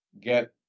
Get